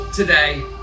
today